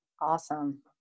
Awesome